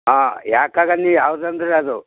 ಹಾಂ ಯಾಕೆ ಹಾಗೆ ಅಂದ್ನಿ ಯಾವುದಂದ್ರ ಅದು